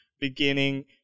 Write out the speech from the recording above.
beginning